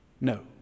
No